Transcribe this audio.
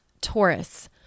Taurus